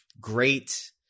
great